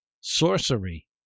sorcery